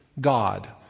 God